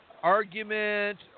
argument